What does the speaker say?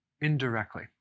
indirectly